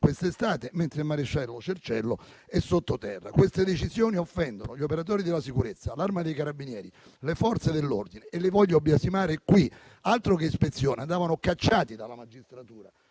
quest'estate, mentre il maresciallo Cerciello è sottoterra. Queste decisioni offendono gli operatori della sicurezza, l'Arma dei carabinieri, le Forze dell'ordine e le voglio biasimare in questa sede. Altro che ispezione! Andavano cacciati dalla magistratura.